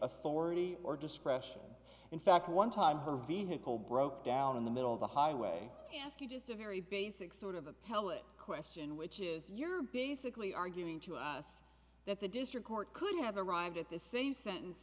authority or discretion in fact at one time her vehicle broke down in the middle of the highway asking just a very basic sort of appellate question which is you're basically arguing to us that the district court could have arrived at the same sentence